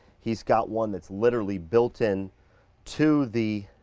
he's got one that's literally built in to the